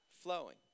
flowing